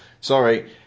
sorry